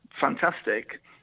fantastic